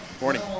Morning